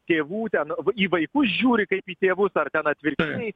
tėvų ten į vaikus žiūri kaip į tėvus ar ten atvirkščiai